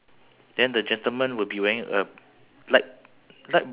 pants he's putting his